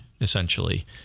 essentially